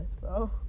bro